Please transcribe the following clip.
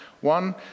one